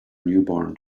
newborn